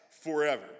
forever